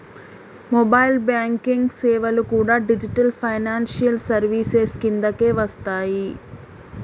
mobile banking సేవలు కూడా digital financial services కిందకే వస్తయ్యి